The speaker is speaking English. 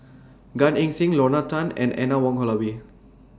Gan Eng Seng Lorna Tan and Anne Wong Holloway